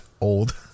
Old